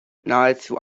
nahezu